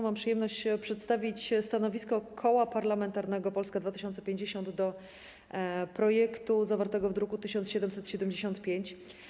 Mam przyjemność przedstawić stanowisko Koła Parlamentarnego Polska 2050 wobec projektu zawartego w druku nr 1775.